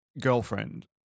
girlfriend